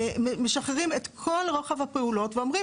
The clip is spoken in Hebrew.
משחררים את כל רוחב הפעולות ואומרים: